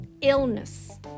illness